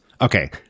Okay